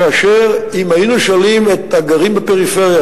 כאשר היינו שואלים את הגרים בפריפריה: